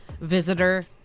visitor